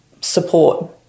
support